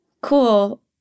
cool